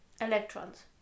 Electrons